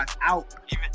out